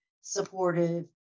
supportive